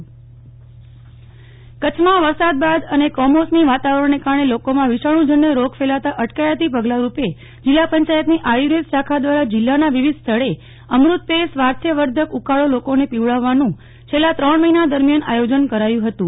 નેહલ ઠક્કર સ્વાસ્થ્યવર્ધક ઉકાળો કચ્છમાં વરસાદ બાદ અને કમોસમી વાતાવરણને કારણે લોકોમાં વિષાણુજન્ય જેવા ફેલાતાં અટકાયતી પગલાંરૂપે જિલ્લા પંચાયતની આયુર્વેદ શાખા દ્વારા જિલ્લાના વિવિધ સ્થળે અમૃતપેય સ્વાસ્થ્યવર્ધક ઉકાળો લોકોને પીવડાવાનું છેલ્લા ત્રણ મહિના દરમ્યાન આયોજન કરાયું હતું